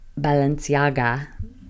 Balenciaga